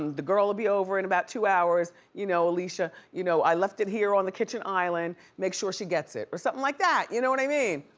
um the girl'll be over in about two hours, you know alicia, you know i left it here on the kitchen island, make sure she gets it, or somethin' like that, you know what i mean?